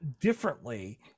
differently